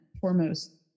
foremost